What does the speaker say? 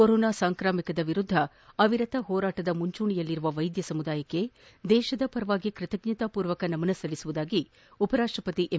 corona ಸಾಂಕ್ರಾಮಿಕದ ವಿರುದ್ದ ಅವಿರತ ಹೋರಾಟದ ಮುಂಚೂಣಿಯಲ್ಲಿರುವ ವೈದ್ಯರಿಗೆ ದೇಶದ ಪರವಾಗಿ ಕೃತಜ್ಞತಾ ಪೂರ್ವಕ ನಮನ ಸಲ್ಲಿಸುವುದಾಗಿ ಉಪರಾಷ್ಟಪತಿ ಎಂ